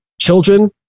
children